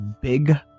big